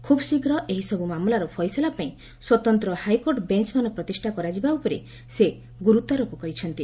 ଖୁବ୍ ଶୀଘ୍ର ଏହିସବୁ ମାମଲାର ଫଇସଲା ପାଇଁ ସ୍ୱତନ୍ତ ହାଇକୋର୍ଟ୍ ବେଞ୍ଚମାନ ପ୍ରତିଷ୍ଠା କରାଯିବା ଉପରେ ସେ ଗୁରୁତ୍ୱାରୋପ କରିଛନ୍ତି